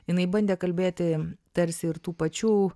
jinai bandė kalbėti tarsi ir tų pačių